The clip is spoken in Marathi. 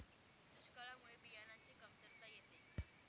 दुष्काळामुळे बियाणांची कमतरता येते